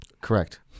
correct